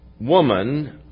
woman